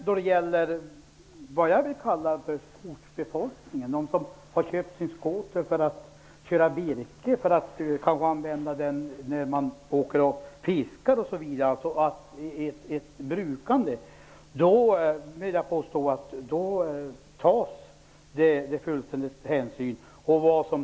De som jag vill kalla för ortsbefolkningen, som har köpt sin skoter för att köra virke, använda när man åker och fiskar osv. -- för att bruka den, helt enkelt -- tar fullständig hänsyn, vill jag påstå.